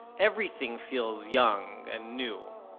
everything feels young and new.